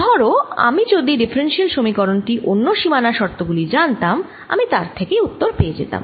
ধরো আমি যদি ডিফারেন্সিয়াল সমীকরণ টি ও সমস্ত সীমানা শর্ত গুলি জানতাম আমি তার থেকেই উত্তর পেয়ে যেতাম